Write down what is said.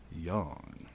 Young